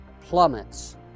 plummets